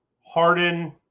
Harden